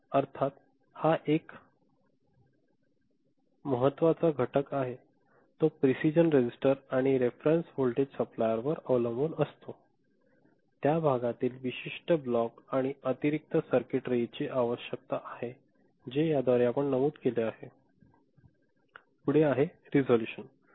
अर्थात हा एक महत्त्वाचा घटक आहे तो प्रिसिजन रजिस्टर आणि रेफेरेंस वोल्टेज सप्लायवर अवलंबून असतो त्या भागातील विशिष्ट ब्लॉक आणि अतिरिक्त सर्किटरी ची आवश्यकता आहे हे त्याद्वारे आपण नमूद केले आहे पुढे रिझोल्यूशन आहे